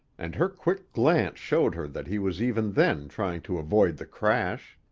and her quick glance showed her that he was even then trying to avoid the crash.